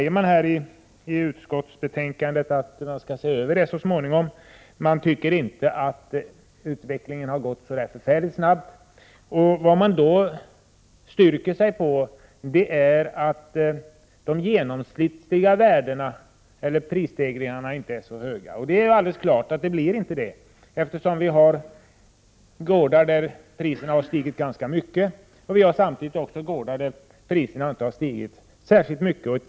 Utskottet skriver att problemet skall ses över så småningom. Man anser inte att utvecklingen har gått så förfärligt snabbt. Utskottet grundar sig på att de genomsnittliga prisstegringarna inte är så höga. Uppenbarligen verkar det inte så, eftersom priserna på vissa gårdar har stigit ganska mycket, samtidigt som priserna på andra gårdar inte har stigit särskilt mycket.